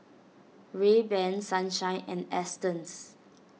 Rayban Sunshine and Astons